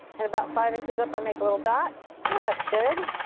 and about five inches up i make a little dot. that's good.